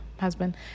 Husband